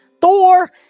Thor